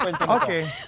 okay